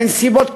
בנסיבות קיומיות,